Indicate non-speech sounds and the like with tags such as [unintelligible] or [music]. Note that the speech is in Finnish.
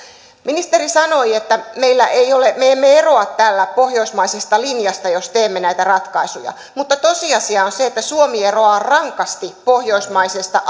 ministeri sanoi että me emme eroa täällä pohjoismaisesta linjasta jos teemme näitä ratkaisuja mutta tosiasia on se että suomi eroaa rankasti pohjoismaisesta [unintelligible]